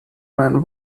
man